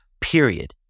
period